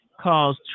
calls